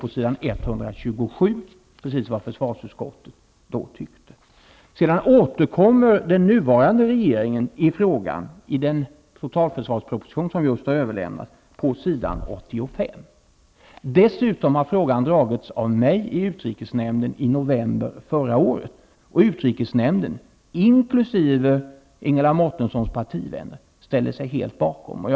På s. 127 står att läsa precis vad försvarsutskottet då tyckte. Sedan återkommer den nuvarande regeringen till frågan på s. 85 i den proposition om totalförsvaret som just har avlämnats. Dessutom har frågan dragits av mig i utrikesnämnden i november förra året. Utrikesnämnden, inkl. Ingela Mårtenssons partivänner, ställde sig helt bakom vad som sades.